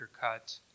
Cut